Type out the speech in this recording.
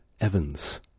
Evans